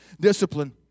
discipline